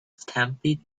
stampede